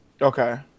Okay